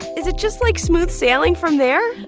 is it just, like, smooth sailing from there?